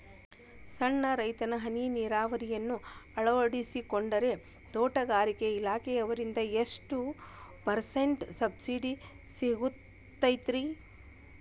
ಸಣ್ಣ ರೈತರು ಹನಿ ನೇರಾವರಿಯನ್ನ ಅಳವಡಿಸಿಕೊಂಡರೆ ತೋಟಗಾರಿಕೆ ಇಲಾಖೆಯಿಂದ ಅವರಿಗೆ ಎಷ್ಟು ಪರ್ಸೆಂಟ್ ಸಬ್ಸಿಡಿ ಸಿಗುತ್ತೈತರೇ?